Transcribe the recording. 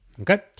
Okay